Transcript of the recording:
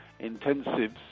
intensives